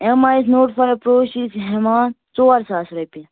M آے note چھِ ہیٚوان ژور ساس رۄپیہِ